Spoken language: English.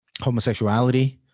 homosexuality